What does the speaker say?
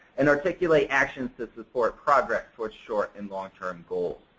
and articulate actions to support progress toward short and long-term goal.